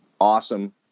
Awesome